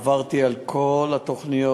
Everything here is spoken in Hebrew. עברתי על כל התוכניות,